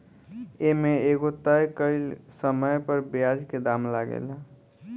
ए में एगो तय कइल समय पर ब्याज के दाम लागेला